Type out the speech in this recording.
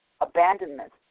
abandonment